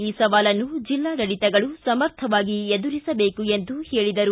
ಈ ಸವಾಲನ್ನು ಜಿಲ್ಲಾಡಳಿತಗಳು ಸಮರ್ಥವಾಗಿ ಎದುರಿಸಬೇಕು ಎಂದು ಹೇಳಿದರು